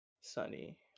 sunny